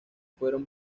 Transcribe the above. fueron